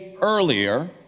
earlier